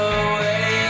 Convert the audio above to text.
away